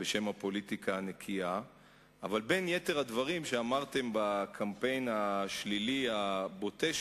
בין יתר הדברים שאמרתם בקמפיין השלילי, הבוטה,